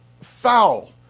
foul